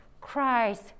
Christ